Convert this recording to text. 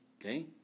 okay